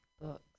books